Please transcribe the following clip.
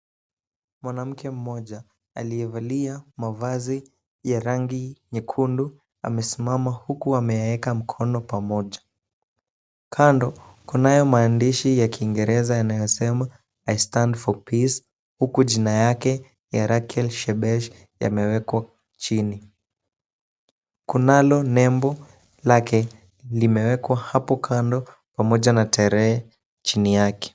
Mwanamke mmoja, aliyevalia mavazi ya rangi nyekundu amesimama huku ameka mkono pamoja. Kando Kunayo maandishi ya Kiingereza inayosema, I stand for peace huku jina yake ni Raquel Shebesh yamewekwa chini. Kunalo nembo lake, limewekwa hapo kando pamoja na tarehe chini yake.